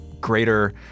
greater